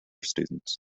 students